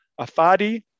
Afadi